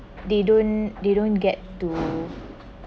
they don't they don't get to